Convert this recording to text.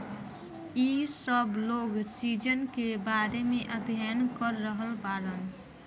इ सब लोग सीजन के बारे में अध्ययन कर रहल बाड़न